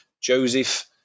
joseph